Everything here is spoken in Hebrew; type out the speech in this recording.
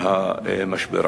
מהמשבר.